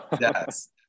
yes